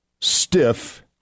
stiff